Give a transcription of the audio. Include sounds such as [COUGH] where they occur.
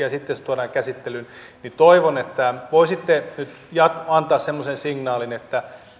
[UNINTELLIGIBLE] ja sitten se tuodaan käsittelyyn niin toivon että voisitte nyt antaa semmoisen signaalin että